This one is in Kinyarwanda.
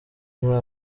muri